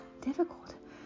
difficult